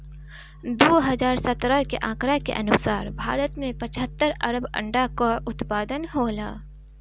दू हज़ार सत्रह के आंकड़ा के अनुसार भारत में पचहत्तर अरब अंडा कअ उत्पादन होला